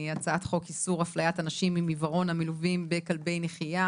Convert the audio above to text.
הצעת חוק איסור הפליית אנשים עם עיוורון המלווים בכלבי נחייה